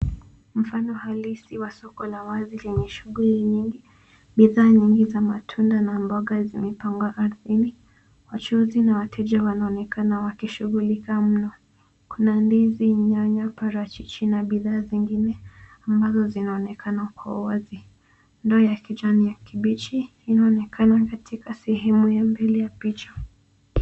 Mfano halisi wa soko la wazi lenye shughuli nyingi. Bidhaa nyingi za matunda na mboga zimepangwa ardhini. Wachuuzi na wateja wanaonekana wakishughulika mno. Kuna ndizi, nyanya, parachichi na bidhaa zingine ambazo zinaonekana kwa uwazi. Ndoo ya kijani ya kibichi inaonekana katika sehemu ya mbele ya picha.